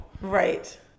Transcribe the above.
Right